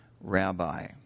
rabbi